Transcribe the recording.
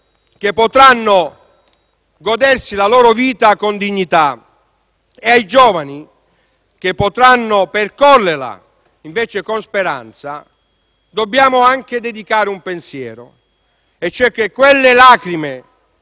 che potranno godersi la loro vita con dignità e ai giovani che potranno percorrerla, invece, con speranza, dobbiamo anche dedicare un pensiero e cioè che quelle lacrime